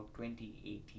2018